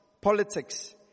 politics